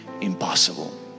impossible